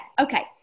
okay